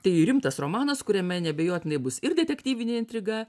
tai rimtas romanas kuriame neabejotinai bus ir detektyvinė intriga